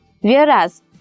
Whereas